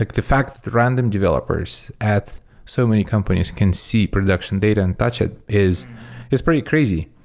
like the fact random developers at so many companies can see production data and touch it is is pretty crazy,